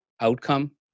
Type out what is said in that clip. outcome